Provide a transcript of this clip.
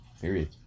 Period